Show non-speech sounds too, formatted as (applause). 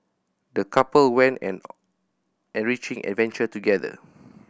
the couple went (unintelligible) an enriching adventure together